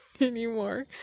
anymore